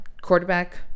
Quarterback